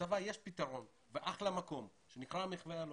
בצבא יש פתרון, מה שנקרא מכללות.